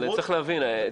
צריך להבין,